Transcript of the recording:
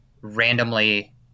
randomly